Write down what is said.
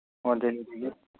ꯑꯣ ꯗꯦꯜꯂꯤꯗꯒꯤ